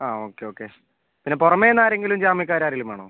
ആ okay okay പിന്നെ പുറമേനിന്ന് ആരെങ്കിലും ജാമ്യക്കാർ ആരെങ്കിലും വേണോ